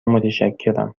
متشکرم